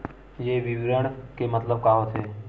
ये विवरण के मतलब का होथे?